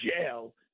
jail